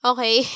Okay